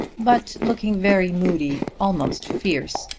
but looking very moody, almost fierce,